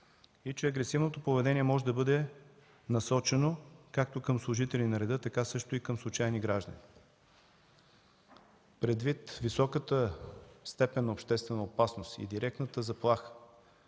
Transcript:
и агресивното поведение може да бъде насочено както към служители на реда, така също и към случайни граждани. Предвид високата степен на обществена опасност и директната заплаха,